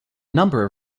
number